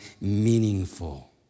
meaningful